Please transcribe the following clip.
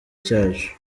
cyacu